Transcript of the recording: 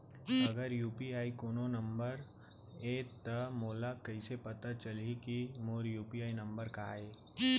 अगर यू.पी.आई कोनो नंबर ये त मोला कइसे पता चलही कि मोर यू.पी.आई नंबर का ये?